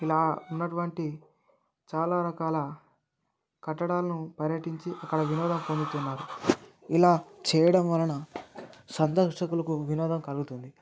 ఇలా ఉన్నటువంటి చాలా రకాల కట్టడాలను పర్యటించి అక్కడ వినోదం పొందుతున్నారు ఇలా చేయడం వలన సందర్శకులకు వినోదం కలుగుతుంది